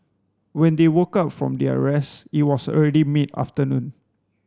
when they woke up from their rest it was already mid afternoon